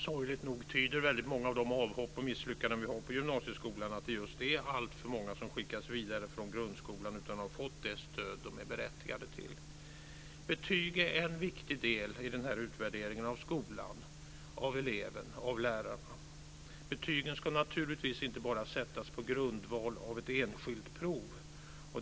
Sorgligt nog tyder många av avhoppen och misslyckandena i gymnasieskolan på att alltför många har skickats vidare från grundskolan utan att ha fått det stöd som de är berättigade till. Betyg är en viktig del i den här utvärderingen av skolan, av eleverna och av lärarna. Betygen ska naturligtvis inte bara sättas på grundval av ett enskilt prov.